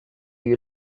you